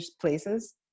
places